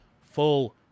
full